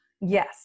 Yes